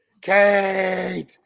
Kate